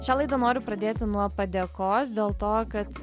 šią laidą noriu pradėti nuo padėkos dėl to kad